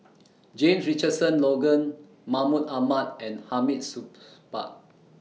James Richardson Logan Mahmud Ahmad and Hamid Supaat